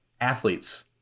athletes